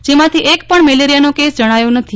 જેમાંથી એક પણ મેલેરિયાનો કેસ જણાયો નથી